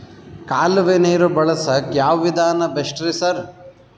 ಕಾಲುವೆ ನೀರು ಬಳಸಕ್ಕ್ ಯಾವ್ ವಿಧಾನ ಬೆಸ್ಟ್ ರಿ ಸರ್?